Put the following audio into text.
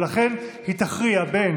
ולכן היא תכריע בין